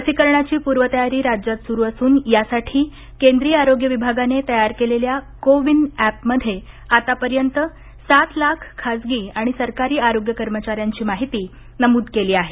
लसीकरणाची पूर्वतयारी राज्यात सुरू असुन यासाठी केंद्रीय आरोग्य विभागाने तयार केलेल्या को विन अॅापमध्ये आत्तापर्यंत सात लाख खासगी आणि सरकारी आरोग्य कर्मचाऱ्यांची माहिती नमूद केली आहे